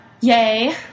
yay